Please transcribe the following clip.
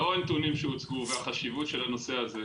לאור הנתונים שהוצגו והחשיבות של הנושא הזה,